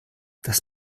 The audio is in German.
das